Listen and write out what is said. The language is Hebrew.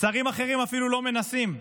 שרים אחרים אפילו לא מנסים.